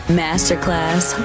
masterclass